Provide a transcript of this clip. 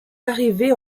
arriver